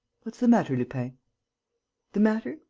what's the matter, lupin? the matter?